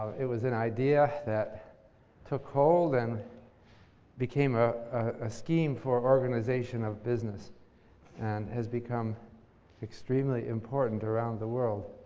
it was an idea that took hold and became a ah scheme for organization of business and has become extremely important around the world.